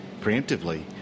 preemptively